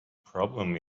problem